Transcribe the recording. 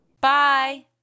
Bye